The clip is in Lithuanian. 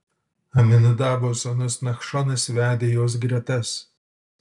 aminadabo sūnus nachšonas vedė jos gretas